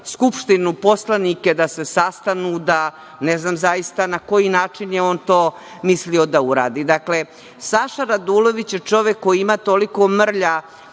Skupštinu, poslanike da se sastanu. Ne znam zaista na koji način je on to mislio da uradi. Dakle, Saša Radulović je čovek koji ima toliko mrlja